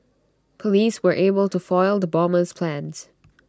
Police were able to foil the bomber's plans